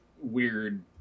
weird